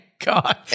God